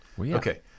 Okay